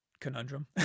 conundrum